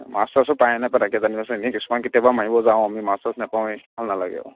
মাছ চাচো পায়নে নাপায় তাকে জানি আছোঁ এনে কিছুমান কেতিয়াবা মাৰিব যাওঁ আমি মাছ চাচ নাপাওঁয়ে ভাল নালাগে আৰু